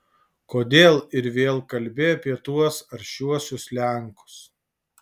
kodėl ir vėl kalbi apie tuos aršiuosius lenkus